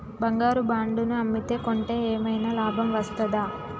బంగారు బాండు ను అమ్మితే కొంటే ఏమైనా లాభం వస్తదా?